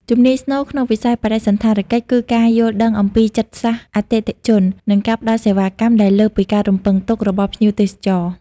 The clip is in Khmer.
ជំនាញស្នូលក្នុងវិស័យបដិសណ្ឋារកិច្ចគឺការយល់ដឹងអំពីចិត្តសាស្ត្រអតិថិជន និងការផ្ដល់សេវាកម្មដែលលើសពីការរំពឹងទុករបស់ភ្ញៀវទេសចរ។